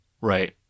Right